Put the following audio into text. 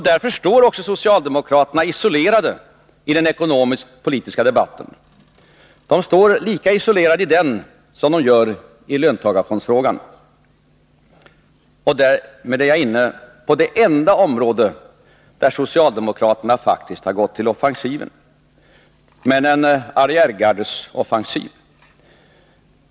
Därför står socialdemokraterna isolerade i den ekonomisk-politiska debatten. De står lika isolerade i den som de gör i löntagarfondsfrågan. Därmed är jag inne på det enda område där socialdemokraterna faktiskt har gått på offensiven — men en arriärgardesoffensiv.